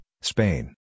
Spain